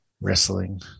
wrestling